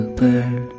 bird